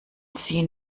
sie